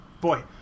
Boy